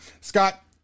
Scott